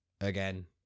Again